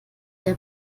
der